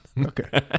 okay